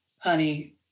honey